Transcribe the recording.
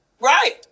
Right